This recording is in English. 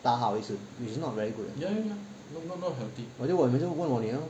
大号一次 is not very good leh 我就问我就问我女儿